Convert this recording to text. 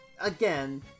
again